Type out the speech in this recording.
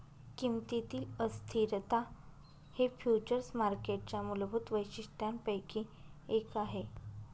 किमतीतील अस्थिरता हे फ्युचर्स मार्केटच्या मूलभूत वैशिष्ट्यांपैकी एक आहे